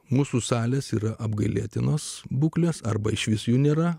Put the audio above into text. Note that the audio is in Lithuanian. mūsų salės yra apgailėtinos būklės arba išvis jų nėra